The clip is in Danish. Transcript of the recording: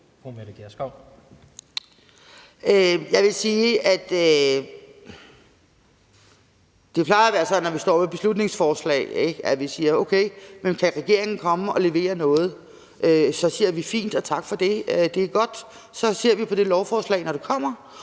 Det er klart, at når vi står med et beslutningsforslag, siger vi: Okay, hvis regeringen kan komme og levere noget, så er det fint, og tak for det; det er godt, så ser vi på det lovforslag, når det kommer,